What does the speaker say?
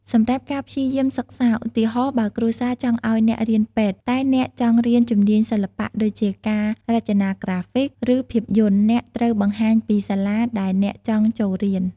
សម្រាប់ការព្យាយាមសិក្សា ឧទាហរណ៍ បើគ្រួសារចង់ឲ្យអ្នករៀនពេទ្យ តែអ្នកចង់រៀន ជំនាញសិល្បៈ ដូចជាការរចនាក្រាហ្វិក ឬភាពយន្ត អ្នកត្រូវបង្ហាញពី សាលា ដែលអ្នកចង់ចូលរៀន។